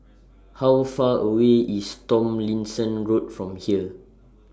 How Far away IS Tomlinson Road from here